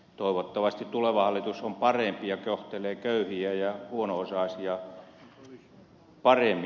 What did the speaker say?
toivottavasti tuleva hallitus on parempi ja kohtelee köyhiä ja huono osaisia paremmin